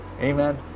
Amen